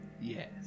Yes